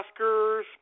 Oscars